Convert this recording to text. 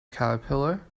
caterpillar